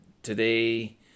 Today